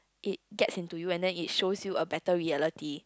it gets into you and then it shows you a better reality